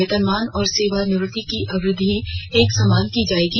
वेतनमान और सेवा निवृत्ति की अवधि एक समान की जायेगी